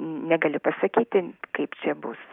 negaliu pasakyti kaip čia bus